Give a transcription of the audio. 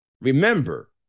Remember